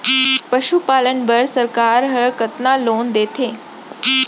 पशुपालन बर सरकार ह कतना लोन देथे?